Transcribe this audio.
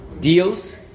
deals